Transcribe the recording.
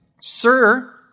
sir